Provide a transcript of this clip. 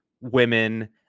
women